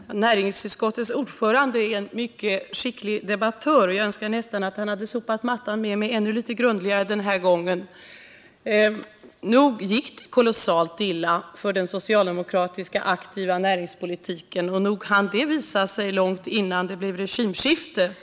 Herr talman! Näringsutskottets ordförande är en mycket skicklig debattör, så skicklig att jag nästan önskar att han hade sopat golvet med mig ännu litet grundligare den här gången. Nog gick det kolossalt illa för socialdemokraternas aktiva näringspolitik och nog hann det visa sig långt innan det blev regeringsskifte.